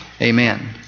Amen